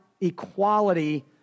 equality